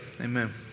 Amen